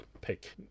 pick